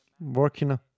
Working